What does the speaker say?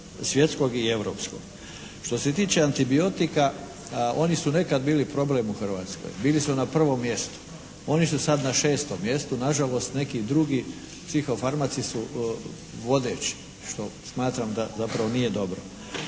svjetskog i europskog. Što se tiče antibiotika oni su nekad bili problem u Hrvatskoj, bili su na prvom mjestu. Oni su sada na 6. mjestu, na žalost neki drugi psihofarmaci su vodeći što smatram da zapravo nije dobro.